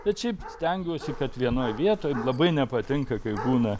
bet šiaip stengiuosi kad vienoj vietoj labai nepatinka kai būna